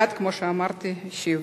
תודה.